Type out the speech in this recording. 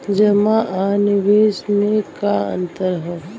जमा आ निवेश में का अंतर ह?